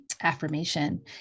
affirmation